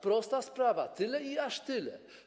Prosta sprawa, tyle i aż tyle.